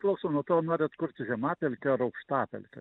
priklauso nuo to nori atkurti žemapelkę ar aukštapelkę